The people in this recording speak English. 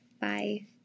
Bye